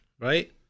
right